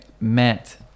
met